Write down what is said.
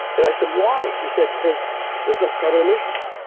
and i said, why? she said, because there's less carbon emissions.